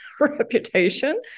reputation